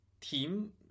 team